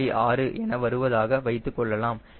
6 என வருவதாக வைத்துக் கொள்ளலாம்